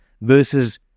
versus